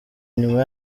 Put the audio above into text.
nyuma